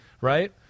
Right